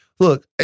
Look